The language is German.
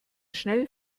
schnell